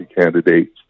candidate's